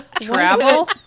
travel